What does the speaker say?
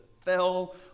fell